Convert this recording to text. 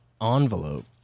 envelope